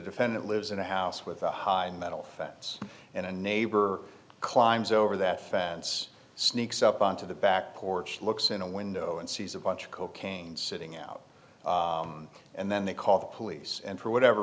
defendant lives in a house with a high metal fence and a neighbor climbs over that fence sneaks up onto the back porch looks in a window and sees a bunch of cocaine sitting out and then they call the police and for whatever